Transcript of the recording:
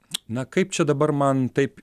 na kaip čia dabar man taip